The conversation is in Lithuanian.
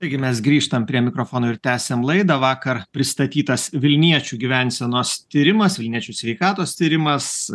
taigi mes grįžtam prie mikrofono ir tęsiam laidą vakar pristatytas vilniečių gyvensenos tyrimas vilniečių sveikatos tyrimas